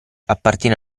appartiene